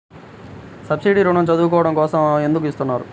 Subsidy ఋణం చదువుకోవడం కోసం ఎందుకు ఇస్తున్నారు?